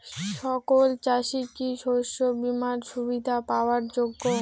সকল চাষি কি শস্য বিমার সুবিধা পাওয়ার যোগ্য?